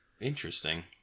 interesting